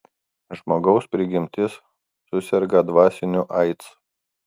žmogaus prigimtis suserga dvasiniu aids